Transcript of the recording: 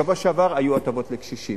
בשבוע שעבר היו הטבות לקשישים,